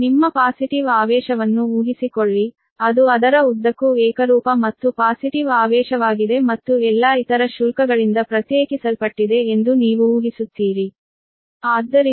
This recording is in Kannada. ನಿಮ್ಮ ಪಾಸಿಟಿವ್ ಆವೇಶವನ್ನು ಊಹಿಸಿಕೊಳ್ಳಿ ಅದು ಅದರ ಉದ್ದಕ್ಕೂ ಏಕರೂಪ ಮತ್ತು ಪಾಸಿಟಿವ್ ಆವೇಶವಾಗಿದೆ ಮತ್ತು ಎಲ್ಲಾ ಇತರ ಶುಲ್ಕಗಳಿಂದ ಪ್ರತ್ಯೇಕಿಸಲ್ಪಟ್ಟಿದೆ ಎಂದು ನೀವು ಊಹಿಸುತ್ತೀರಿ